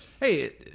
hey